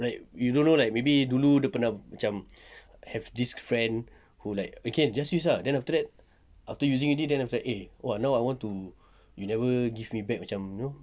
like we don't know like maybe dulu dia pernah macam have this friend who like okay just use ah then after that after using already then like eh !wah! now I want to you never give me back macam you know